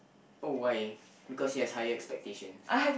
oh why because he has higher expectations